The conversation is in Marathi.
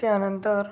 त्यानंतर